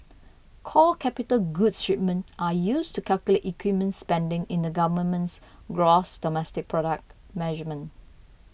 core capital goods shipment are used to calculate equipment spending in the government's gross domestic product measurement